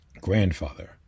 Grandfather